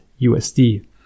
USD